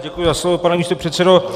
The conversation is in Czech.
Děkuji za slovo, pane místopředsedo.